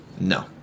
No